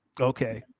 Okay